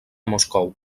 moscou